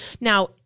Now